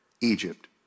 Egypt